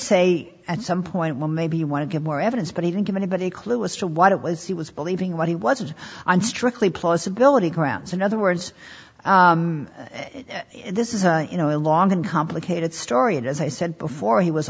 say at some point well maybe you want to get more evidence but he didn't give anybody a clue as to what it was he was believing what he wasn't on strictly plausibility grounds in other words this is you know a long and complicated story and as i said before he was